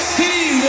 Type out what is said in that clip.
team